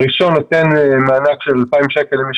הראשון נותן מענק של 2,000 שקל למי